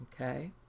Okay